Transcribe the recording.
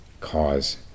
cause